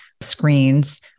screens